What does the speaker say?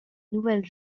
nouvelles